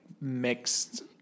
mixed